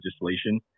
legislation